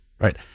Right